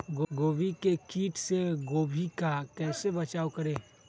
गोभी के किट से गोभी का कैसे बचाव करें?